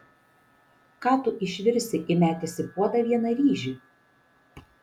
ką tu išvirsi įmetęs į puodą vieną ryžį